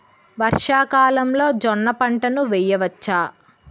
వర్షాకాలంలో జోన్న పంటను వేయవచ్చా?